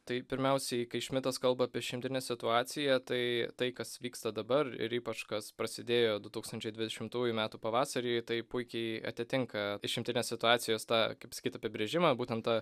tai pirmiausiai kai šmitas kalba apie išimtinę situaciją tai tai kas vyksta dabar ir ypač kas prasidėjo du tūkstančiai dvidešimtųjų metų pavasarį tai puikiai atitinka išimtinės situacijos tą kaip sakyt apibrėžimą būtent ta